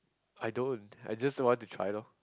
I don't I just want to try lor